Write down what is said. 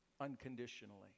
unconditionally